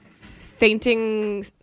Fainting